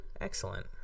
Excellent